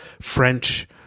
French